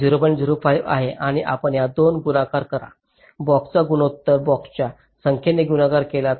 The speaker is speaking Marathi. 05 आहे आणि आपण या दोन गुणाकार करा बॉक्सचा गुणोत्तर बॉक्सच्या संख्येने गुणाकार केला